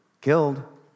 killed